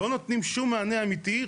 לא נותנים לנו שום מענה אמיתי,